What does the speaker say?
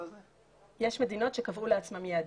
יש מדינות שקבעו לעצמן יעדים.